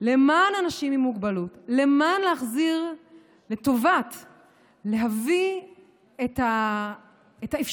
למען אנשים עם מוגבלות, כדי להביא את האפשרות